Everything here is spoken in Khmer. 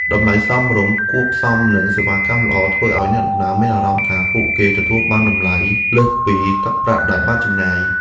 តម្លៃសមរម្យគួបផ្សំនឹងសេវាកម្មល្អធ្វើឱ្យអ្នកដំណើរមានអារម្មណ៍ថាពួកគេទទួលបានតម្លៃលើសពីទឹកប្រាក់ដែលបានចំណាយ។